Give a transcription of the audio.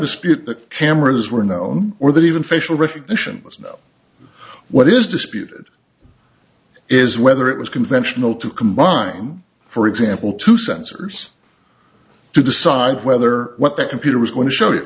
dispute that cameras were known or that even facial recognition of what is disputed is whether it was conventional to combine for example two sensors to decide whether what the computer was going to show you